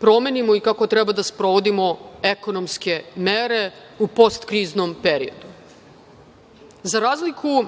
promenimo i kako treba da sprovodimo ekonomske mere u postkriznom periodu.Za razliku